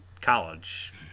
college